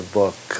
book